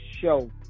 show